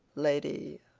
lady,